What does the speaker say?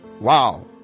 Wow